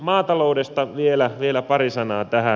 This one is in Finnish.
maataloudesta vielä pari sanaa tähän